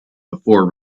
before